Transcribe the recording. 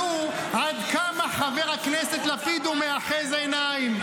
-- אתם תגלו עד כמה חבר הכנסת לפיד הוא מאחז עיניים.